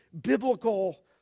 biblical